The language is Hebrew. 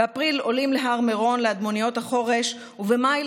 באפריל עולים להר מירון לאדמוניות החורש ובמאי,